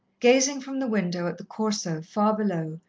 gazing from the window at the corso far below,